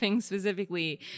specifically